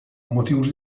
motius